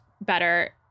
better